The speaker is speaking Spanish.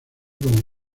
como